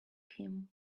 him